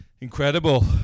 Incredible